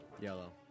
Yellow